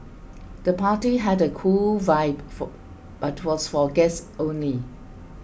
the party had a cool vibe for but was for guests only